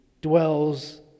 dwells